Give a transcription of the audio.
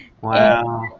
Wow